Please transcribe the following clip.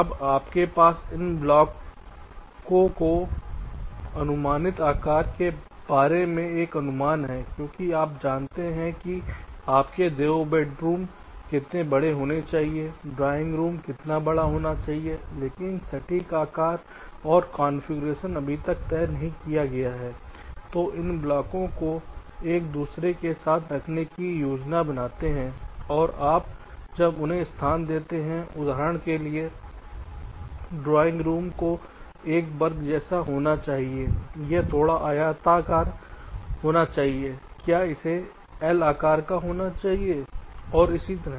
अब आपके पास इन ब्लॉकों के अनुमानित आकार के बारे में एक अनुमान है क्योंकि आप जानते हैं कि आपके 2 बेडरूम कितने बड़े होने चाहिए ड्राइंग रूम कितना बड़ा होना चाहिए लेकिन सटीक आकार और कॉन्फ़िगरेशन अभी तक तय नहीं किया गया है तो इन ब्लॉकों को एक दूसरे के साथ रखने की योजना बनाते हैं और आप जब उन्हें स्थान देते हैं उदाहरण के लिए ड्राइंग रूम को एक वर्ग जैसा होना चाहिए यह थोड़ा आयताकार आकार होना चाहिए क्या इसे एल आकार देना चाहिए और इसी तरह